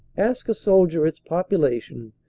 ask a sol dier its population,